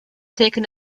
taken